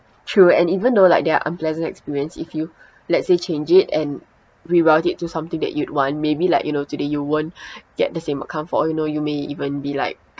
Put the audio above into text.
true and even though like there are unpleasant experience if you let's say change it and reroute it to something that you'd want maybe like you know today you won't get the same outcome for all you know you may even be like